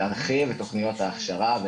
להרחיב את תוכניות ההכשרה,